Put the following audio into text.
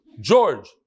George